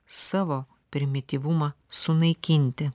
savo primityvumą sunaikinti